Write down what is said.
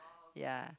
ya